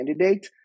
candidate